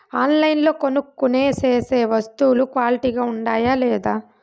ఆన్లైన్లో కొనుక్కొనే సేసే వస్తువులు క్వాలిటీ గా ఉండాయా లేదా?